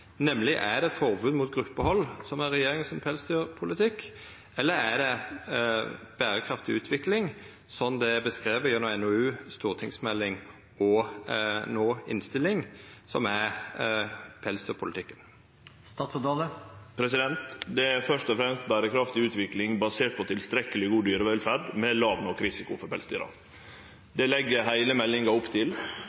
Er det forbod mot gruppehald som er regjeringa sin pelsdyrpolitikk, eller er det berekraftig utvikling, slik det er beskrive gjennom NOU, stortingsmelding og no innstilling? Det er først og fremst berekraftig utvikling basert på tilstrekkeleg god dyrevelferd, med låg nok risiko for pelsdyra.